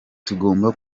tugomba